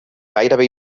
gairebé